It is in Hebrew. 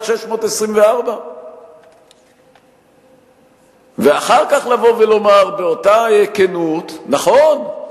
624. ואחר כך לבוא ולומר באותה כנות: נכון,